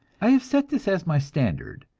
i have set this as my standard,